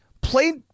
played